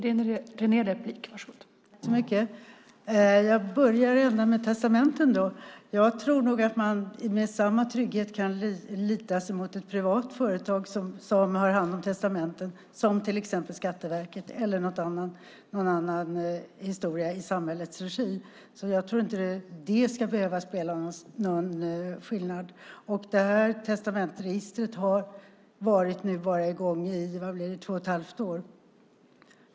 Fru talman! Jag börjar i änden med testamenten. Jag tror nog att man med samma trygghet kan luta sig mot ett privat företag som har hand om testamenten som till exempel mot Skatteverket eller någon annan historia i samhällets regi. Jag tror alltså inte att det ska behöva göra någon skillnad. Testamentsregistret har nu varit i gång i två och ett halvt år.